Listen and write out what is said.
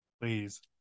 Please